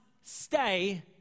stay